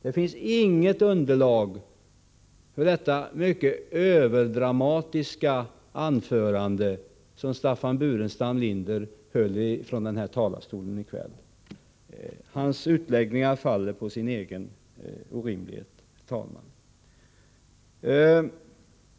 Det finns inget underlag för det mycket dramatiska anförande som Staffan Burenstam Linder höll från talarstolen i kväll. Hans utläggningar faller på sin egen orimlighet, herr talman.